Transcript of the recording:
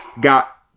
got